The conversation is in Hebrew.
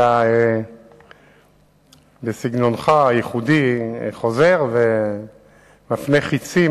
אתה בסגנונך הייחודי חוזר ומפנה חצים